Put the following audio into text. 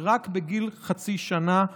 היא רק בגיל חצי שנה ואילך.